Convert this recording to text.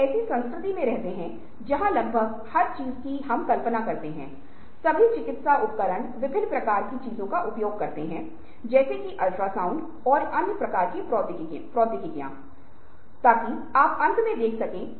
यह जानकारी आपको पता चल सकती है और साथ ही साथ उसे उद्योग में काम करने के कारण वे अन्य स्वास्थ्य समस्याओं का सामना कर रहे हैं